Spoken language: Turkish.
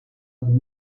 bunu